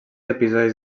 episodis